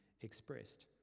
expressed